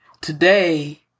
Today